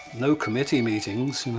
no committee meetings.